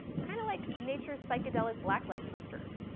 kinda like nature's psychedelic blacklight posters.